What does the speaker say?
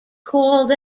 called